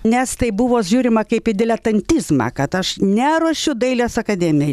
nes tai buvo žiūrima kaip į diletantizmą kad aš neruošiu dailės akademijai